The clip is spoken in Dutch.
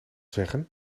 zeggen